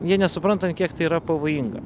jie nesupranta ant kiek tai yra pavojinga